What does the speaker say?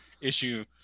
issue